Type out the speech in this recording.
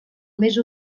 més